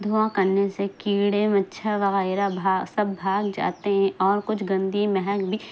دھواں کرنے سے کیڑے مچھر وغیرہ سا سب بھاگ جاتے ہیں اور کچھ گندی مہک بھی